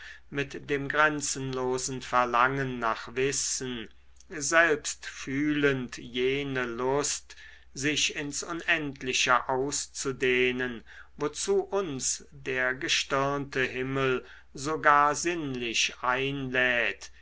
mit dem grenzenlosen verlangen nach wissen selbst fühlend jene lust sich ins unendliche auszudehnen wozu uns der gestirnte himmel sogar sinnlich einlädt